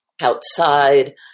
outside